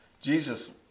Jesus